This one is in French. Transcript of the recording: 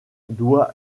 doit